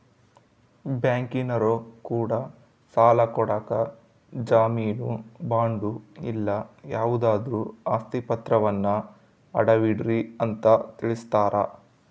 ಬ್ಯಾಂಕಿನರೊ ಕೂಡ ಸಾಲ ಕೊಡಕ ಜಾಮೀನು ಬಾಂಡು ಇಲ್ಲ ಯಾವುದಾದ್ರು ಆಸ್ತಿ ಪಾತ್ರವನ್ನ ಅಡವಿಡ್ರಿ ಅಂತ ತಿಳಿಸ್ತಾರ